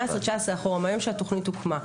18', 19' אחורה מהיום שהתוכנית הוקמה.